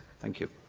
thank you.